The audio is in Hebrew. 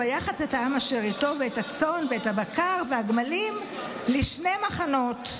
ויחץ את העם אשר אִתו ואת הצאן ואת הבקר והגמלים לשני מחנות,